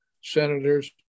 senators